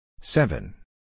Seven